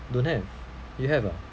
don't have you have ah